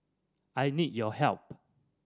I need your help